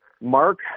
Mark